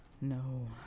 No